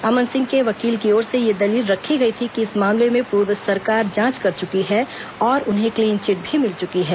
अमन सिंह के वकील की ओर से यह दलील रखी गई थी कि इस मामले में पूर्व सरकार जांच कर चुकी है और उन्हें क्लीन चिट भी मिल चुकी है